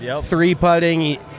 three-putting